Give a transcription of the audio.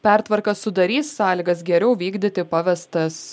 pertvarka sudarys sąlygas geriau vykdyti pavestas